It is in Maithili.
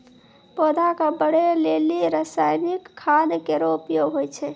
पौधा क बढ़ै लेलि रसायनिक खाद केरो प्रयोग होय छै